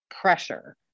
pressure